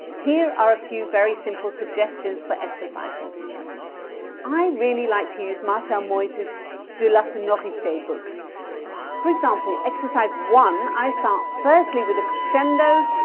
here are a few very simple suggestions for exercises i really like to use marcel moyse's de la sonorite book for example, exercise one i start firstly with a crescendo.